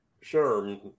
sure